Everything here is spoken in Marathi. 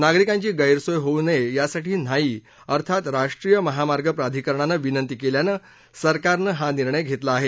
नागरिकांची गैरसोय होऊ नये यासाठी न्हाई अर्थात राष्ट्रीय महामार्ग प्राधिकरणानं विनंती केल्यानं सरकारनं हा निर्णय घेतला आहे